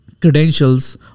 credentials